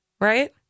right